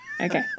Okay